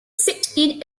sixteen